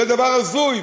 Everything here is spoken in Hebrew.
זה דבר הזוי,